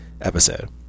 episode